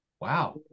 Wow